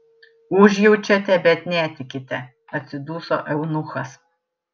užjaučiate bet netikite atsiduso eunuchas